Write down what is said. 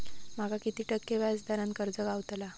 माका किती टक्के व्याज दरान कर्ज गावतला?